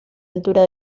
altura